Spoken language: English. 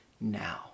now